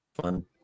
fun